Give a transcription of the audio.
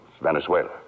Venezuela